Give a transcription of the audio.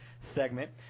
segment